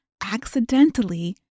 accidentally